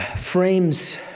ah frames